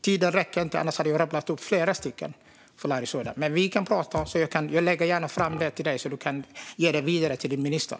Tiden räcker inte; annars skulle jag ha rabblat upp flera stycken för Larry Söder. Men jag lägger gärna fram dem för dig, så kan du ge dem vidare till ministern.